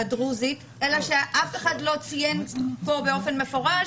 הדרוזית אף אחד לא ציין פה באופן מפורש